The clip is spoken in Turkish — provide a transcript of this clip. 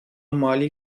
mali